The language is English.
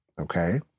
okay